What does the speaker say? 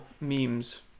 memes